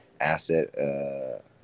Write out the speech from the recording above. asset